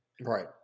Right